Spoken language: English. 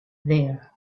there